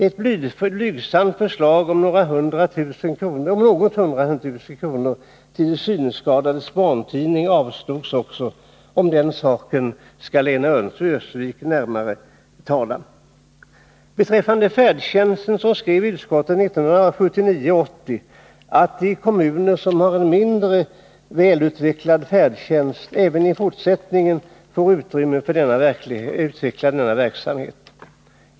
Ett blygsamt förslag om ca 100 000 kr. till de synskadades barntidning avstyrktes också. Om den saken skall Lena Öhrsvik tala närmare. mindre välutvecklad färdtjänst även i fortsättningen får utrymme att utveckla denna verksamhet.